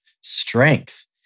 strength